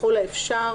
ככל האפשר,